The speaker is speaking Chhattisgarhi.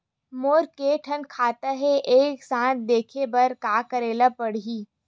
मोर के थन खाता हे एक साथ देखे बार का करेला पढ़ही?